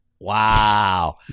wow